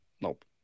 nope